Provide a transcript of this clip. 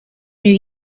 new